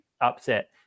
upset